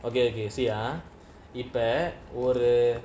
okay okay see ah இப்பஒரு:ipa oru